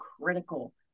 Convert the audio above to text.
critical